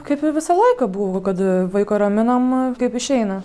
kaip ir visą laiką buvo kad vaiką raminam kaip išeina